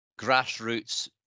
grassroots